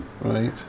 Right